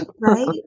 Right